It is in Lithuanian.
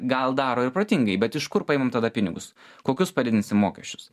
gal daro ir protingai bet iš kur paimam tada pinigus kokius padidinsim mokesčius